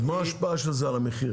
מה ההשפעה של זה על המחיר?